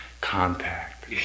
Compact